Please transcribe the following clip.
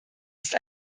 ist